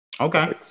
okay